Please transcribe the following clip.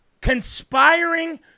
Conspiring